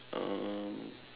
um